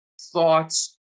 thoughts